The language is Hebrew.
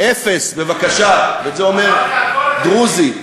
אפס, בבקשה, ואת זה אומר דרוזי.